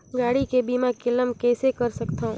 गाड़ी के बीमा क्लेम कइसे कर सकथव?